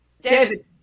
David